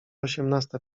osiemnasta